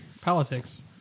Politics